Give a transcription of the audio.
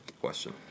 question